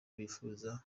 bifuza